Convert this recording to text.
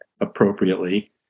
appropriately